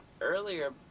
earlier